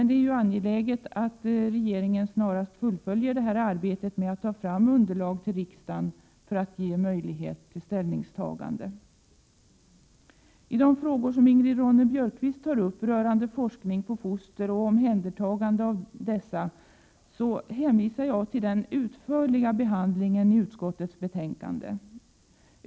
Det är angeläget att regeringen nu snarast fullföljer arbetet med att ta fram underlag till riksdagen för att ge möjlighet till ställningstagande. Beträffande de frågor som Ingrid Ronne-Björkqvist tar upp rörande forskning på foster och omhändertagande av dessa hänvisar jag till den utförliga behandlingen i utskottets betänkande.